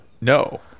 No